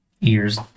Ears